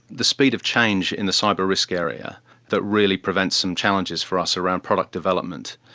the speed of change in the cyber risk area that really present some challenges for us around product development,